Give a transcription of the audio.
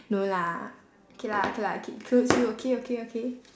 no lah okay lah okay lah ok~ it includes you okay okay okay